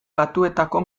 batuetako